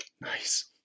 Nice